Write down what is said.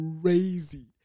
crazy